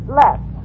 left